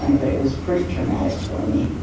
and but it was pretty traumatic for me